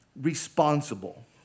responsible